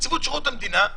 נציבות שירות המדינה,